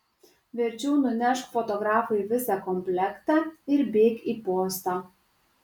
verčiau nunešk fotografui visą komplektą ir bėk į postą